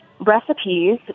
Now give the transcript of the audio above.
recipes